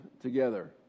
together